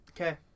Okay